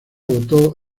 votó